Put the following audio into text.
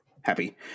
happy